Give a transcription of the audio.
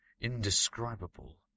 indescribable